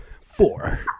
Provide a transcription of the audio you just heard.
four